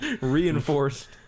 Reinforced